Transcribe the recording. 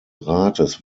rates